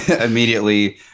immediately